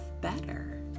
better